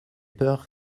peur